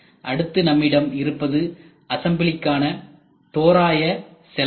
அடுத்து நம்மிடம் இருப்பது அசம்பிளிகான தோராய செலவாகும்